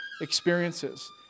experiences